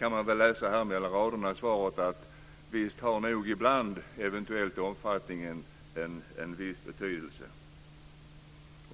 Man kan läsa mellan raderna i svaret att visst har nog omfattningen ibland en viss betydelse.